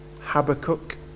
Habakkuk